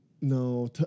No